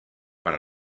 para